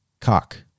cock